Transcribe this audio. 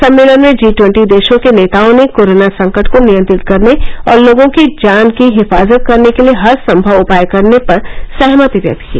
सम्मेलन में G twenty देशों के नेताओं ने कोरोना संकट को नियंत्रित करने और लोगों की जान की हिफाजत करने के लिए हरसंभव उपाय करने पर सहमति व्यक्त की